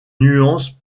nuance